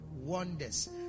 wonders